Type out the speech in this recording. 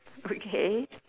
okay